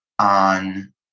on